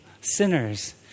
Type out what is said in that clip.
sinners